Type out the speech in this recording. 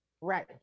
right